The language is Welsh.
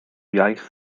iaith